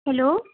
hello